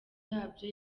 yabyo